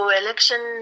election